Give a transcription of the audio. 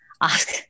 ask